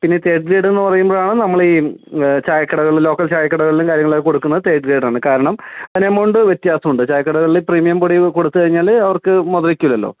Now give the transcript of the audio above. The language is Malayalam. പിന്നെ ഈ തേർഡ് ഗ്രേഡ് എന്ന് പറയുമ്പോഴാണ് നമ്മൾ ഈ ചായക്കടകളിൽ ലോക്കൽ ചായക്കടകളിലും കാര്യങ്ങളിലും ഒക്കെ കൊടുക്കുന്നത് തേർഡ് ഗ്രേഡാണ് കാരണം അതിന് എമൗണ്ട് വ്യത്യാസമുണ്ട് ചായക്കടകളിൽ പ്രീമിയം പൊടികൾ കൊടുത്തുകഴിഞ്ഞാൽ അവർക്ക് മുതലിക്കില്ലല്ലോ